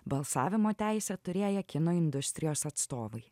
balsavimo teisę turėję kino industrijos atstovai